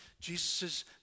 Jesus